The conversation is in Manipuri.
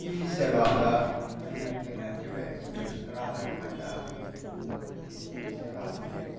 ꯏ ꯁꯦꯋꯥꯗ ꯑꯩꯅ ꯊꯦꯡꯅꯔꯛꯈꯤꯕ ꯑꯦꯛꯁꯄꯔꯤꯌꯦꯟꯁ ꯈꯔ ꯍꯥꯏꯌꯣ ꯍꯥꯏ ꯇꯥꯔꯒꯗꯤ ꯑꯩꯈꯣꯏ ꯏ ꯏ ꯁꯦꯋꯥꯁꯦ